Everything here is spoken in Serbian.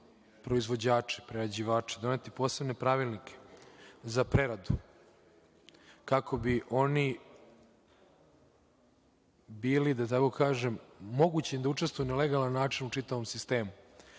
proizvođače, prerađivače doneti posebne pravilnike za preradu, kako bi oni bili, tako da kažem, mogući da učestvuju na legalan način u čitavom sistemu. Kako